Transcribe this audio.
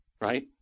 right